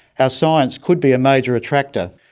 ah science could be a major attractor,